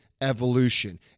evolution